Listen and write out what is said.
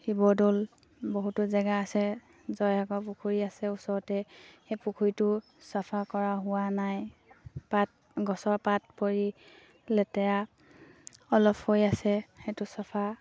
শিৱদৌল বহুতো জেগা আছে জয়সাগৰ পুখুৰী আছে ওচৰতে সেই পুখুৰীটো চাফা কৰা হোৱা নাই পাত গছৰ পাত পৰি লেতেৰা অলপ হৈ আছে সেইটো চাফা